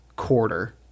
quarter